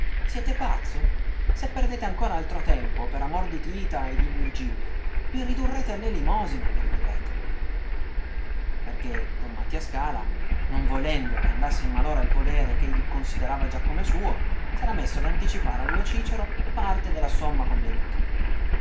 siete pazzo se perdete ancora altro tempo per amore di tita e di virgilio vi ridurrete all'elemosina vi ridurrete perché don mattia scala non volendo che andasse in malora il podere ch'egli considerava già come suo s'era messo ad anticipare al lo cìcero parte della somma convenuta